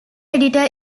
editor